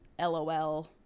LOL